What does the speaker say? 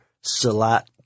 Salat